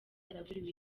yaraburiwe